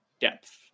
depth